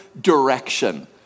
direction